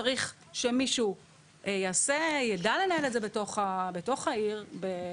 -- צעדים קדימה יחד איתנו.